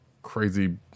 crazy